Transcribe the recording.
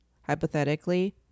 hypothetically